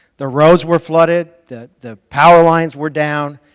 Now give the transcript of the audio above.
the roads were flooded, the the power lines were down,